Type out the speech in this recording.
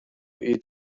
eat